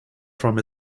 from